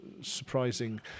surprising